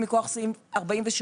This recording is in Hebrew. מכוח סעיף 43,